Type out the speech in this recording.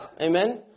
Amen